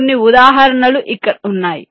కొన్ని ఉదాహరణలు ఇక్కడ ఉన్నాయి